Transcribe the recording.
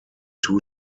two